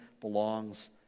belongs